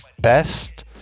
best